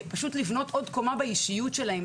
צריך לבנות עוד קומה באישיות שלהם,